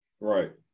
Right